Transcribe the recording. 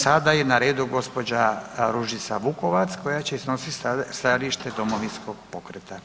Sada je na redu gospođa Ružica Vukovac koja će iznositi stajalište Domovinskog pokreta.